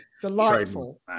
delightful